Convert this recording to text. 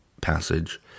passage